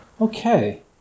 Okay